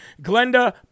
Glenda